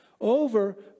over